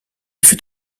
fut